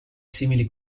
simili